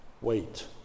Wait